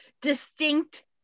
distinct